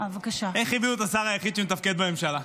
איך הביאו את השר היחיד שמתפקד בממשלה?